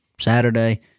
Saturday